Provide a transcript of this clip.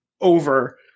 over